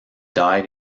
died